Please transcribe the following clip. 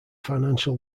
financial